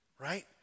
Right